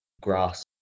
grass